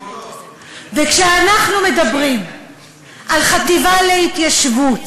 וכשאנחנו מדברים על חטיבה להתיישבות